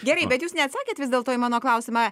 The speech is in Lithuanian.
gerai bet jūs neatsakėt vis dėlto į mano klausimą